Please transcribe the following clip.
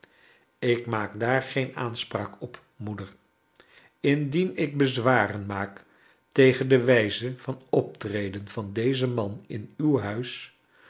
ik maak daar geen aanspraak op moeder indien ik bezwaren maak tegen de wijze van optreden van dezen man in uw huis